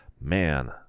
man